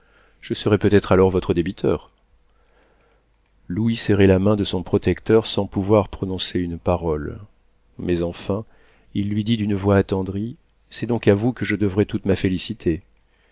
je serai peut-être alors votre débiteur louis serrait la main de son protecteur sans pouvoir prononcer une parole mais enfin il lui dit d'une voix attendrie c'est donc à vous que je devrai toute ma félicité